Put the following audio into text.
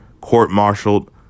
court-martialed